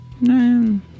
No